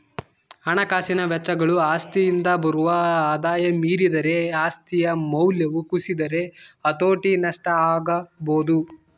ಹಣಕಾಸಿನ ವೆಚ್ಚಗಳು ಆಸ್ತಿಯಿಂದ ಬರುವ ಆದಾಯ ಮೀರಿದರೆ ಆಸ್ತಿಯ ಮೌಲ್ಯವು ಕುಸಿದರೆ ಹತೋಟಿ ನಷ್ಟ ಆಗಬೊದು